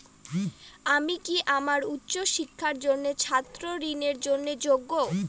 আমি কি আমার উচ্চ শিক্ষার জন্য ছাত্র ঋণের জন্য যোগ্য?